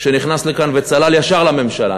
שנכנס לכאן וצלל ישר לממשלה.